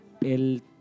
El